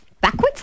backwards